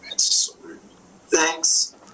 Thanks